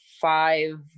five